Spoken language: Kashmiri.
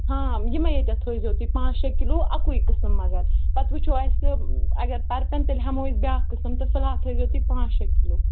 ہاں یِمَے ییٚتِیَن تھٲیزیٚو تُہۍ پانٛژھ شےٚ کِلوٗ اَکُے قٕسٕم مگر پَتہٕ وٕچھو اَسہِ اگر پَرٕپِیَن تیٚلہِ ہٮ۪مو أسۍ بیٛاکھ قٕسٕم تہٕ فِلحال تھٲیزیٚو تُہۍ پانٛژھ شےٚ کِلوٗ